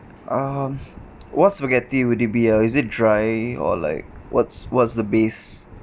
um what spaghetti would it be ah is it dry or like what's what's the base